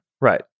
Right